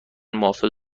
موافق